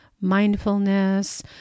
mindfulness